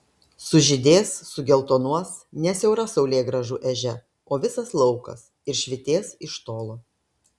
sužydės sugeltonuos ne siaura saulėgrąžų ežia o visas laukas ir švytės iš tolo